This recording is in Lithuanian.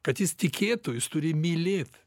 kad jis tikėtų jis turi mylėt